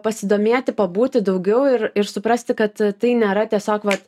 pasidomėti pabūti daugiau ir ir suprasti kad tai nėra tiesiog vat